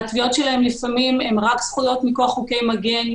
התביעות שלהם לפעמים הן רק זכויות מכוח חוקי מגן,